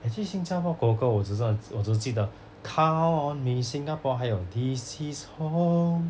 actually 新加坡国歌我只是我记得 count on me singapore 还有 this is home